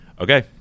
Okay